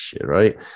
Right